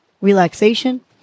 relaxation